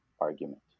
argument